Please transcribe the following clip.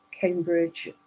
Cambridge